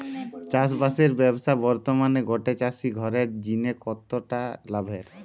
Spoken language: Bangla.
চাষবাসের ব্যাবসা বর্তমানে গটে চাষি ঘরের জিনে কতটা লাভের?